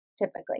typically